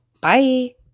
Bye